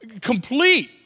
complete